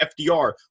FDR